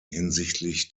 hinsichtlich